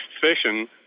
session